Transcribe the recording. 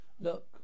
look